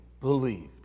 believed